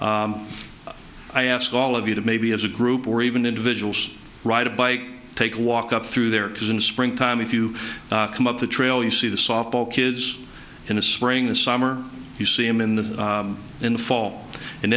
i ask all of you to maybe as a group or even individuals ride a bike take a walk up through there because in springtime if you come up the trail you see the softball kids in a spring this summer you see him in the in the fall and